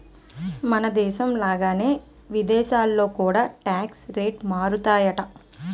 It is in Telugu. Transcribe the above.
మనదేశం లాగానే విదేశాల్లో కూడా టాక్స్ రేట్లు మారుతుంటాయట